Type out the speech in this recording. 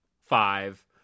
five